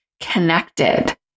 connected